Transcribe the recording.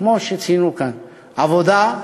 כמו שציינו כאן: עבודה,